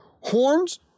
horns